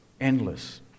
endless